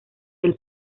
del